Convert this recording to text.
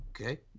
Okay